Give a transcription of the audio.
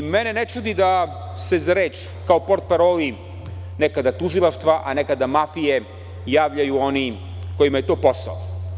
Mene ne čudi da se za reč, kao portparoli nekada tužilaštva, a nekada mafije, javljaju oni kojima je to posao.